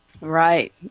Right